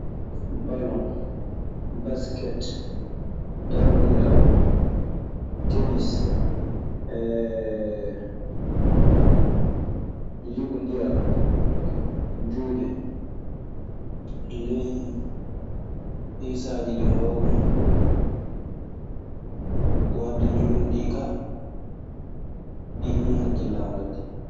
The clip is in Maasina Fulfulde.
Balon, basket, danɗondiral, tennis, ee limɓondiral juuɗe. Ley hiisaaji ɗi mbawmi waɗde jooni ɗii kaa, ɗii nii hakkillan waddi.